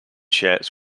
shapes